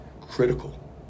critical